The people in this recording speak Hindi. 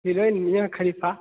heroine Mia Khalifa